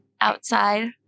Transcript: outside